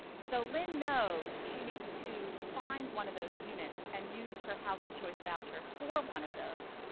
so lynne knows she needs to find one of those units and use her housing choice voucher for one of those.